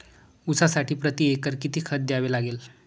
ऊसासाठी प्रतिएकर किती खत द्यावे लागेल?